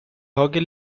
hockey